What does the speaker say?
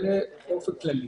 לעצם העניין.